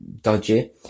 dodgy